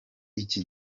iki